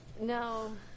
No